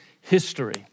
history